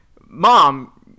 Mom